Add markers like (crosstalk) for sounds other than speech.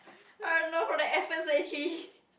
(laughs) I don't know from the efforts that he